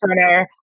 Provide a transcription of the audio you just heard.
turner